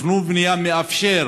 התכנון והבנייה מאפשר